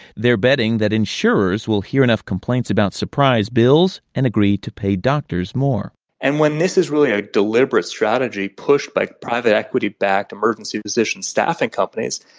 the firms are betting that insurers will hear enough complaints about surprise bills and agree to pay doctors more and when this is really a deliberate strategy pushed by private equity-backed emergency physician staffing companies,